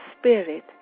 Spirit